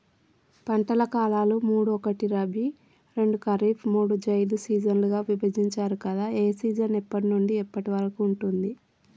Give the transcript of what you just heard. పంటల కాలాలు మూడు ఒకటి రబీ రెండు ఖరీఫ్ మూడు జైద్ సీజన్లుగా విభజించారు కదా ఏ సీజన్ ఎప్పటి నుండి ఎప్పటి వరకు ఉంటుంది?